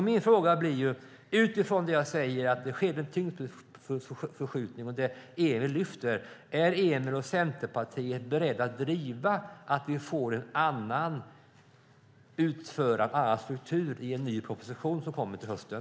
Min fråga blir: Utifrån det som jag säger om att det sker en tyngdpunktsförskjutning, är Emil Källström och Centerpartiet beredda att driva att vi får en annan struktur i en ny proposition som kommer till hösten?